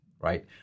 right